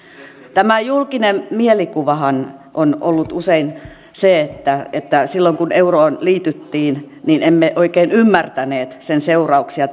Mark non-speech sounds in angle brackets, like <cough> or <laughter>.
tämä julkinen mielikuvahan on ollut usein se että että silloin kun euroon liityttiin emme oikein ymmärtäneet sen seurauksia <unintelligible>